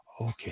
Okay